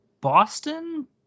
Boston